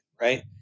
right